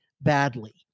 badly